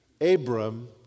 Abram